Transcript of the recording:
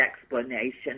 explanation